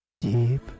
deep